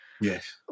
Yes